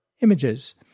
images